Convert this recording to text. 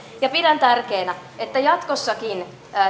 pidän tärkeänä että